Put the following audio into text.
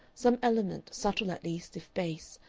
some element, subtle at least if base,